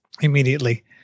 immediately